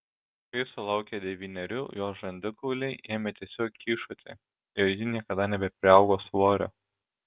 kai sulaukė devynerių jos žandikauliai ėmė tiesiog kyšoti ir ji niekada nebepriaugo svorio